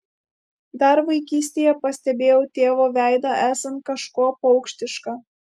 dar vaikystėje pastebėjau tėvo veidą esant kažkuo paukštišką